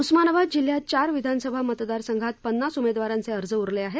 उस्मानाबाद जिल्ह्यात चार विधानसभा मतदार संघात पन्नास उमेदवारांचे अर्ज उरले आहेत